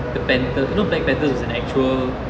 the panther you know black panthers was an actual